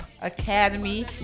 academy